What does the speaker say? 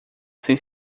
sem